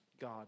God